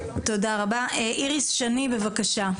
תודה רבה, איריס שני, בבקשה.